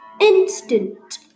instant